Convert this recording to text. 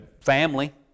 family